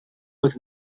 was